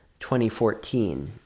2014